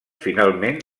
finalment